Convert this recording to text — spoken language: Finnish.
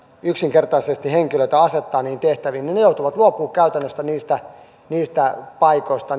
yksinkertaisesti henkilöitä asettaa niihin tehtäviin joutuvat niin sanotusti luopumaan käytännössä niistä niistä paikoista